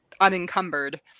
unencumbered